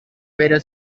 pero